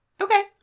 Okay